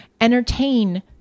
entertain